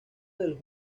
del